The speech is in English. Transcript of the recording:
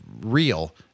real